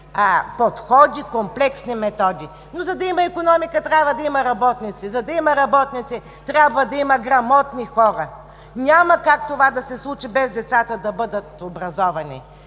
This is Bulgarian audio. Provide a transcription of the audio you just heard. подходи, комплексни методи, но за да има икономика, трябва да има работници, за да има работници, трябва да има грамотни хора. Няма как това да се случи, без децата да бъдат образовани.